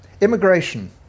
Immigration